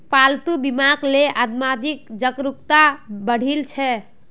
पालतू बीमाक ले आदमीत जागरूकता बढ़ील छ